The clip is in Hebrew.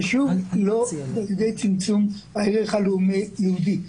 רק לא על ידי צמצום הערך הלאומי-יהודי.